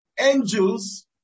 angels